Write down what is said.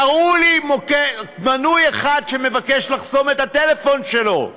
תראו לי מנוי אחד שמבקש לחסום את הטלפון שלו.